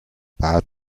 bad